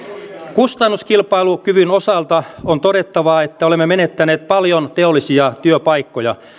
kustannuskilpailukyvyn osalta on todettava että olemme menettäneet paljon teollisia työpaikkoja